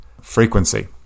frequency